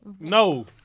No